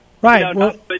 right